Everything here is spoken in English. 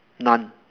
none